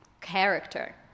character